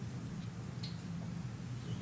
היא בזום?